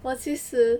我其实